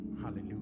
Hallelujah